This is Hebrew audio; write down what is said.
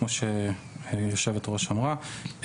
כמו שיושבת הראש אמרה.